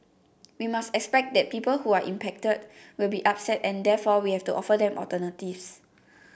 we must expect that people who are impacted will be upset and therefore we have to offer them alternatives